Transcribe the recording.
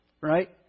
right